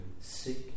sick